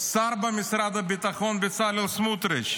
שר במשרד הביטחון בצלאל סמוטריץ'.